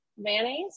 Mayonnaise